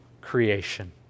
creation